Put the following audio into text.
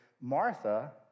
Martha